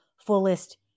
fullest